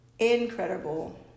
incredible